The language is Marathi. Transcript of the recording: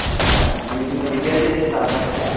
अच्छा म्हणजे तुम्ही विद्यार्थीदशेत आहात का सध्या